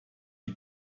die